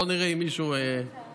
בוא נראה אם מישהו ידע,